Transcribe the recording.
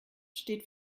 steht